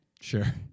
Sure